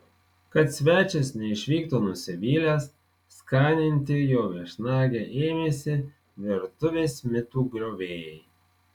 kad svečias neišvyktų nusivylęs skaninti jo viešnagę ėmėsi virtuvės mitų griovėjai